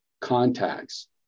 contacts